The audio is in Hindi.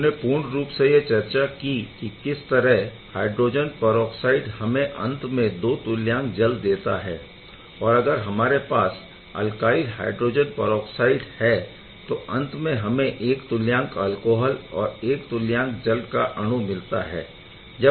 हमने पूर्ण रूप से यह चर्चा की किस तरह हायड्रोजन परऑक्साइड हमें अंत में 2 तुल्यांक जल देता है और अगर हमारे पास अल्काइल हायड्रो परऑक्साइड है तो अंत में हमें एक तुल्यांक एल्कोहल और एक तुल्यांक जल का अणु मिलता है